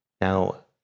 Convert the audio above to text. Now